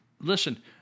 listen